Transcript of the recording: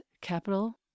capital